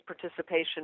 participation